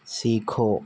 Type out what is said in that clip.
سیکھو